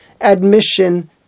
admission